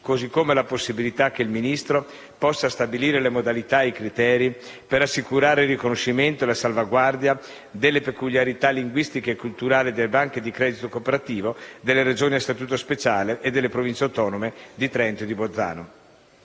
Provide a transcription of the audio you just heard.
così come la possibilità che il Ministro possa stabilire le modalità e i criteri per assicurare il riconoscimento e la salvaguardia delle peculiarità linguistiche e culturali delle banche di credito cooperativo delle Regioni a statuto speciale e delle Province autonome di Trento e di Bolzano.